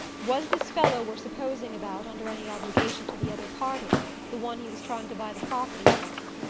was this fellow we're supposing about under any obligation to the other party the one he was trying to buy the property from?